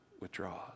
withdraws